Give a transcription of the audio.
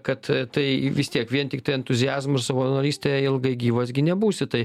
kad tai vis tiek vien tiktai entuziazmu savanoryste ilgai gyvas gi nebūsi tai